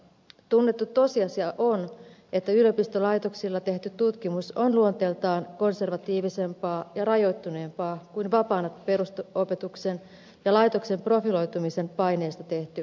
tunnettu tosiasia on että yliopistolaitoksilla tehty tutkimus on luonteeltaan konservatiivisempaa ja rajoittuneempaa kuin vapaana perusopetuksen ja laitoksen profiloitumisen paineesta tehty tutkimus